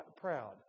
proud